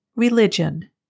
Religion